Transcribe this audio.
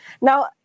Now